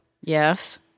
yes